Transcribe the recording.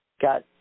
got